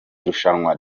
irushanwa